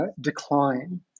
decline